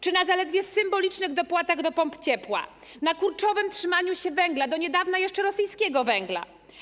Czy na zaledwie symbolicznych dopłatach do pomp ciepła, na kurczowym trzymaniu się węgla, do niedawna jeszcze rosyjskiego węgla?